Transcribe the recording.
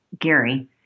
Gary